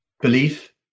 belief